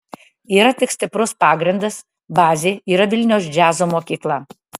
yra tik stiprus pagrindas bazė yra vilniaus džiazo mokykla